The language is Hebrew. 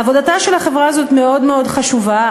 עבודתה של החברה הזאת מאוד מאוד חשובה,